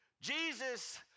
jesus